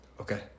Okay